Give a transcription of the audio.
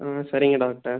ஆ சரிங்க டாக்டர்